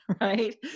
right